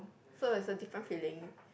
so that's a different feeling